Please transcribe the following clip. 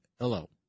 hello